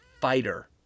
fighter